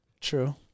True